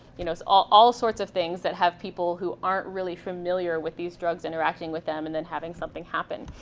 you know so all all sorts of things that have people who aren't really familiar with these drugs interacting with them and then having something happen.